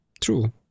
True